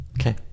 Okay